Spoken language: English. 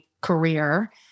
career